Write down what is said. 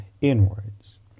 inwards